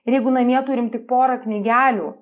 ir jeigu namie turim tik porą knygelių